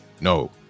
No